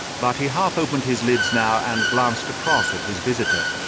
but he half opened his lids now and glanced across at his visitor.